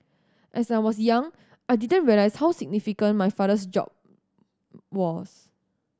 as I was young I didn't realise how significant my father's job was